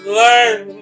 learn